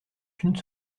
qu’une